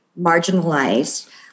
marginalized